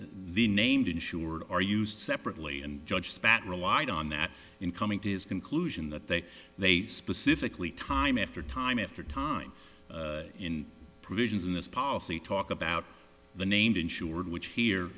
the named insured are used separately and judge spat relied on that in coming to his conclusion that they they specifically time after time after time in provisions in this policy talk about the named insured which here